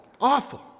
Awful